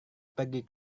pergi